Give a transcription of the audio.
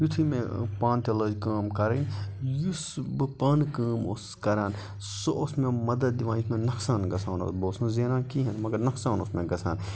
یُتھُے مےٚ پانہٕ تہِ لٲج کٲم کَرٕنۍ یُس بہٕ پانہٕ کٲم اوسُس کَران سُہ اوس مےٚ مَدَد دِوان یہِ مےٚ نۄقصان گژھان اوس بہٕ اوسُس نہٕ زینان کِہیٖنۍ مگر نۄقصان اوس مےٚ گژھان